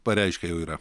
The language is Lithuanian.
pareiškę jau yra